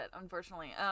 unfortunately